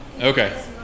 Okay